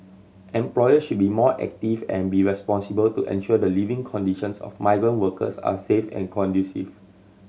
employer should be more active and be responsible to ensure the living conditions of migrant workers are safe and conducive